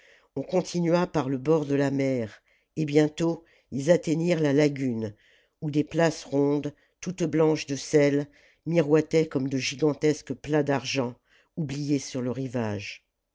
on continua par le bord de la mer et bientôt ils atteignirent la lagune où des places rondes toutes blanches de sel miroitaient comme de gigantesques plats d'argent oubliés sur le rivage